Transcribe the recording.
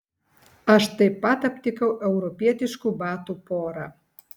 aš taip pat aptikau europietiškų batų porą